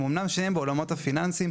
אמנם שתיהן בעולמות הפיננסיים,